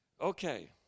Okay